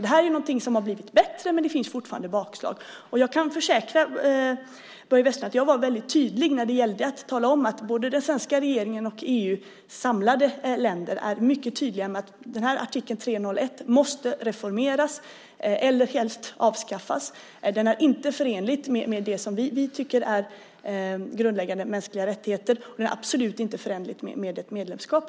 Detta är någonting som har blivit bättre, men det sker fortfarande bakslag. Jag kan försäkra Börje Vestlund att jag var väldigt tydlig med att både den svenska regeringen och EU:s samlade länder anser att artikel 301 måste reformeras eller helst avskaffas. Den är inte förenlig med det vi tycker är grundläggande mänskliga rättigheter, och den är absolut inte förenlig med ett medlemskap.